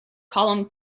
column